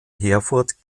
herford